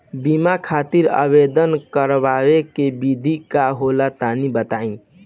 बीमा खातिर आवेदन करावे के विधि का होला तनि बताईं?